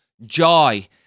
joy